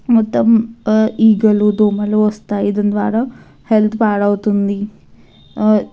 మొత్తం ఈగలు దోమలు వస్తాయి దాని ద్వారా హెల్త్ పాడవుతుంది